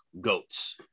goats